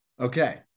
okay